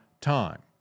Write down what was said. time